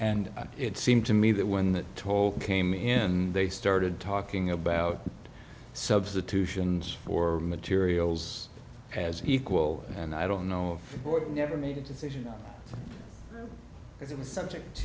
and it seemed to me that when the toll came in they started talking about substitution for materials as equal and i don't know if boyd never made a decision as in the subject